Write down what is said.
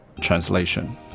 translation